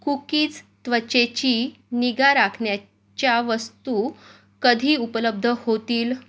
cookies त्वचेची निगा राखण्याच्या वस्तू कधी उपलब्ध होतील